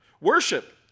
Worship